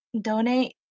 donate